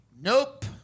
Nope